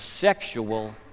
sexual